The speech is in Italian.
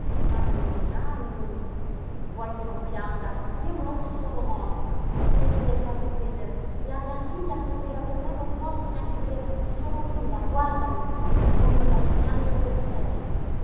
anny anny vuoi che non pianga io non sono morta come tu le hai fatto credere e a mia figlia che prega per me non posso neanche dire sono viva guardami sono viva e piango per te